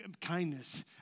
kindness